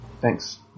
Thanks